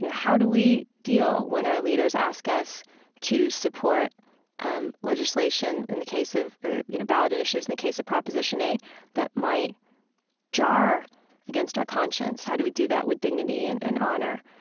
how do we deal when our leaders ask us to support um legislation in the case of or you know, ballot initiatives in the case of proposition eight that might jar against our conscience? how do we do that with dignity and and honor?